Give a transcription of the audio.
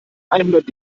einhundert